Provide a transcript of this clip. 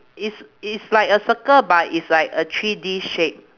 it's it's like a circle but it's like a three-D shape